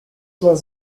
was